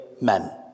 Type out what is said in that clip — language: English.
Men